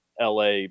LA